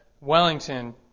Wellington